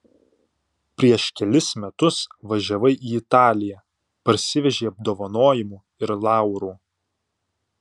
prieš kelis metus važiavai į italiją parsivežei apdovanojimų ir laurų